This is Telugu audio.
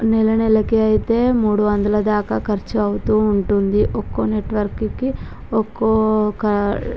నెలనెలకి అయితే మూడు వందల దాకా ఖర్చు అవుతూ ఉంటుంది ఒక్కో నెట్వర్క్కి ఒక్కొక్క